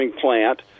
plant